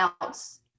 else